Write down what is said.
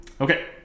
Okay